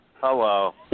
Hello